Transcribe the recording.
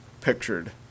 pictured